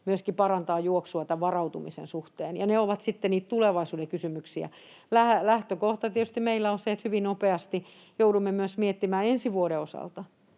myöskin parantaa juoksua tämän varautumisen suhteen. Ne ovat sitten niitä tulevaisuuden kysymyksiä. Lähtökohta meillä on tietysti se, että hyvin nopeasti joudumme myös miettimään ensi vuoden osalta,